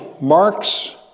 Marx